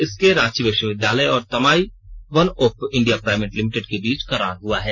इसके रांची विश्वविद्यालय और तमाई वनओप्पो इंडिया प्राइवेट लिमिटेड को बीच करार हुआ है